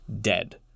dead